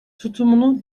tutumunu